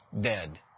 dead